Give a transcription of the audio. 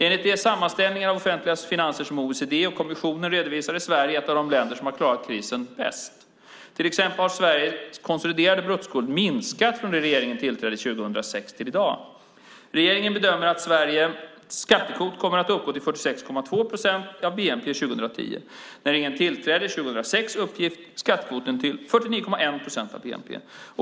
Enligt de sammanställningar av offentliga finanser som OECD och kommissionen redovisat är Sverige ett av de länder som klarat krisen bäst. Till exempel har Sveriges konsoliderade bruttoskuld minskat från att regeringen tillträdde 2006 till i dag. Regeringen bedömer att Sveriges skattekvot kommer att uppgå till 46,2 procent av bnp 2010. När regeringen tillträdde 2006 uppgick skattekvoten till 49,1 procent av bnp.